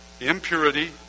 Impurity